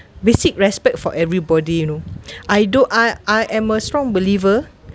we seek respect for everybody you know I do I I am a strong believer